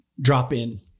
drop-in